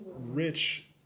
rich